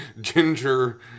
ginger